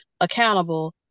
accountable